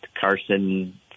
Carson